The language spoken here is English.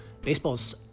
baseball's